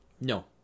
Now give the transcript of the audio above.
No